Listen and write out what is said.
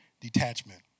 detachment